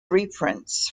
reprints